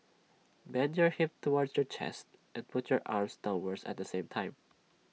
bend your hip towards your chest and pull your arms downwards at the same time